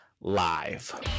live